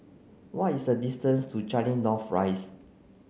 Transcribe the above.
what is the distance to Changi North Rise